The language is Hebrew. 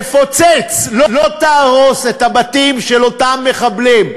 תפוצץ, לא תהרוס, את הבתים של אותם מחבלים.